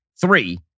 three